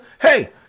Hey